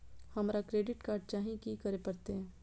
हमरा credit card चाही की करे परतै?